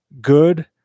good